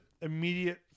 immediate